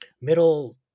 middle